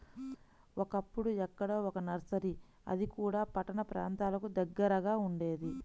ఒకప్పుడు ఎక్కడో ఒక్క నర్సరీ అది కూడా పట్టణ ప్రాంతాలకు దగ్గరగా ఉండేది